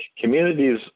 communities